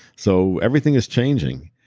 so everything is changing.